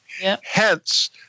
Hence